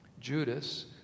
Judas